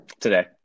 Today